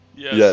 Yes